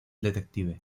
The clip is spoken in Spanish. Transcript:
detective